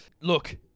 Look